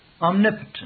omnipotent